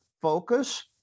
focus